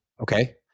Okay